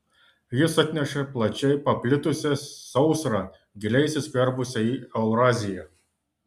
jis atnešė plačiai paplitusią sausrą giliai įsiskverbusią į euraziją